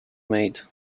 made